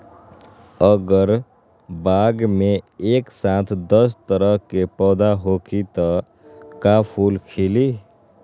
अगर बाग मे एक साथ दस तरह के पौधा होखि त का फुल खिली?